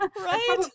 Right